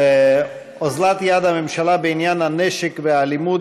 אוזלת יד הממשלה בעניין הנשק והאלימות